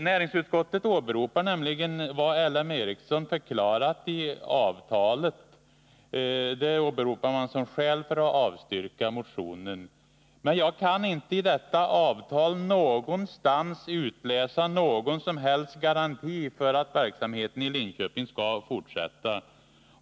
Näringsutskottet åberopar vad L M Ericsson förklarat i avtalet som skäl för att avstyrka motionen, men jag kan inte i detta avtal någonstans utläsa någon som helst garanti för att verksamheten i Linköping skall fortsätta.